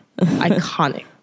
iconic